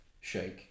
shake